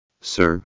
Sir